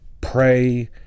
pray